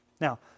Now